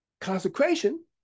consecration